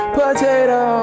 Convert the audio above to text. potato